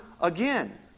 again